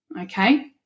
okay